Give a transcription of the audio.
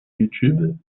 youtube